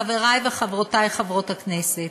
חברי וחברותי חברות הכנסת,